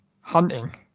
hunting